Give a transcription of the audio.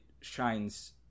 shines